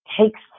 takes